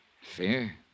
Fear